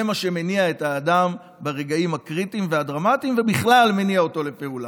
זה מה שמניע את האדם ברגעים הקריטיים והדרמטיים ובכלל מניע אותו לפעולה.